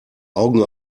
augen